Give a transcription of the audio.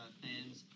fans